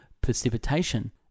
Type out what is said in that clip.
precipitation